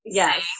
yes